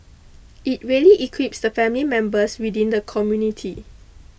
it really equips the family members within the community